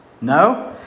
No